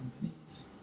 companies